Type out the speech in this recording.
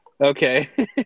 Okay